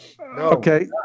Okay